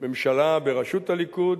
ממשלה בראשות הליכוד